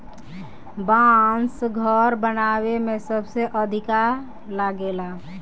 बांस घर बनावे में सबसे अधिका लागेला